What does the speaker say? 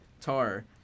Tar